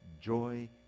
joy